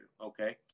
Okay